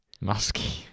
Musky